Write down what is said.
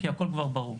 כי הכול כבר ברור.